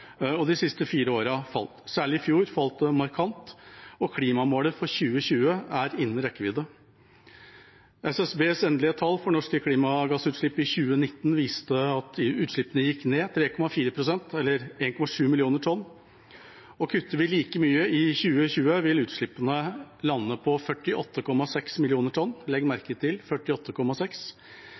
og de siste fire årene falt. Særlig i fjor falt det markant, og klimamålet for 2020 er innen rekkevidde. SSBs endelige tall for norske klimagassutslipp i 2019 viste at utslippene gikk ned 3,4 pst., eller 1,7 millioner tonn. Kutter vi like mye i 2020, vil utslippene lande på 48,6 millioner tonn. Legg merke til 48,6